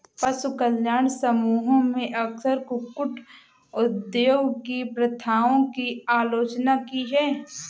पशु कल्याण समूहों ने अक्सर कुक्कुट उद्योग की प्रथाओं की आलोचना की है